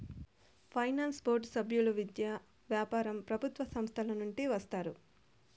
finance board సభ్యులు విద్య, వ్యాపారం ప్రభుత్వ సంస్థల నుండి వస్తారు